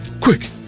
Quick